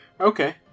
Okay